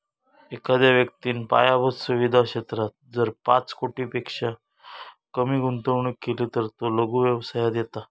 एखाद्या व्यक्तिन पायाभुत सुवीधा क्षेत्रात जर पाच कोटींपेक्षा कमी गुंतवणूक केली तर तो लघु व्यवसायात येता